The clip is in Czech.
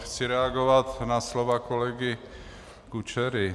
Chci reagovat na slova kolegy Kučery.